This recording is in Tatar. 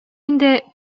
инде